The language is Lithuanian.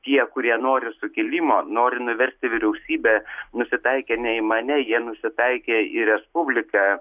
tie kurie nori sukilimo nori nuversti vyriausybę nusitaikė ne į mane jie nusitaikė į respubliką